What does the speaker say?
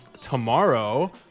tomorrow